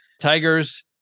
tigers